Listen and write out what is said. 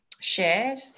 shared